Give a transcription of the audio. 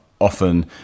Often